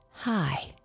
Hi